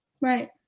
right